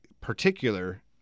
particular